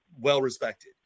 well-respected